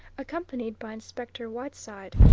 accompanied by inspector whiteside,